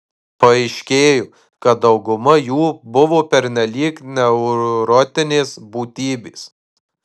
paaiškėjo kad dauguma jų buvo pernelyg neurotinės būtybės